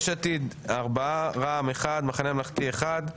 יש עתיד ארבעה, רע"מ אחד, המחנה הממלכתי אחד,